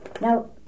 now